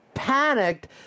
panicked